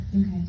okay